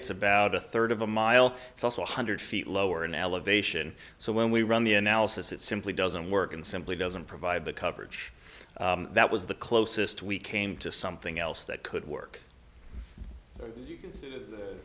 it's about a third of a mile it's also one hundred feet lower in elevation so when we run the analysis it simply doesn't work and simply doesn't provide the coverage that was the closest we came to something else that could work